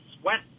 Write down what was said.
sweat